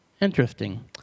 interesting